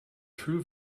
true